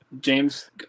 james